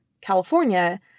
California